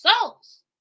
souls